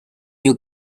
you